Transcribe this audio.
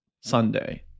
Sunday